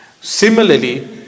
Similarly